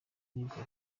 nibuka